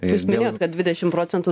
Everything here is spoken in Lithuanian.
jūs minėjot kad dvidešim procentų